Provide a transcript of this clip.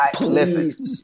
Listen